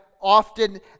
often